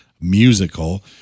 musical